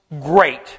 great